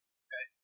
okay